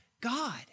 God